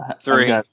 Three